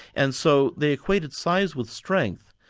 and so they equated size with strength,